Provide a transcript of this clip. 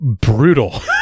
brutal